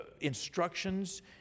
instructions